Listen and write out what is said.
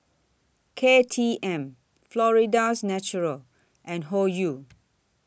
K T M Florida's Natural and Hoyu